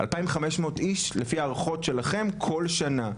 2,500 איש, לפי הערכות שלכם, כל שנה.